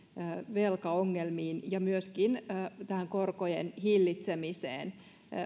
velkaongelmiin ja myöskin tähän korkojen hillitsemiseen